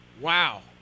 Wow